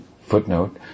footnote